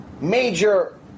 major